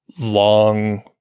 long